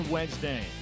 Wednesday